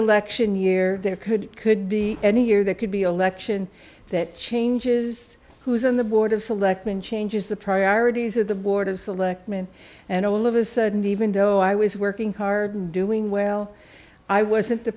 election year there could could be any year that could be election that changes who's on the board of selectmen changes the priorities of the board of selectmen and all of a sudden even though i was working hard and doing well i wasn't the